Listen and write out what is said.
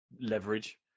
leverage